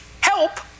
help